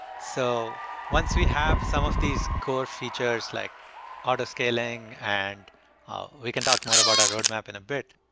so once we have some of these cool features, like auto-scaling, and we can talk more about a roadmap in a bit.